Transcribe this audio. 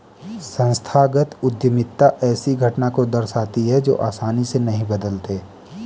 संस्थागत उद्यमिता ऐसे घटना को दर्शाती है जो आसानी से नहीं बदलते